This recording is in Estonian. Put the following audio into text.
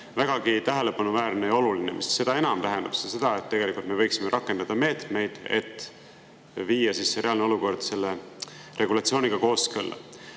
vägagi tähelepanuväärne ja oluline, seda enam tähendab see, et tegelikult me võiksime rakendada meetmeid, et viia reaalne olukord selle regulatsiooniga kooskõlla. Aga